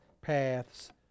paths